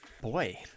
Boy